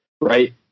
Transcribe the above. right